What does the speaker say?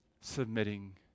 submitting